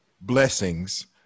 blessings